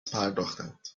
پرداختند